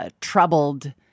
troubled